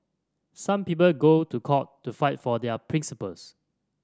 some people go to court to fight for their principles